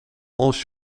als